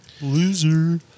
Loser